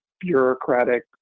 bureaucratic